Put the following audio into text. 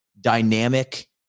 dynamic